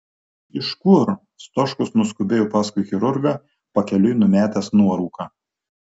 iš kur stoškus nuskubėjo paskui chirurgą pakeliui numetęs nuorūką